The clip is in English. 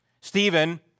Stephen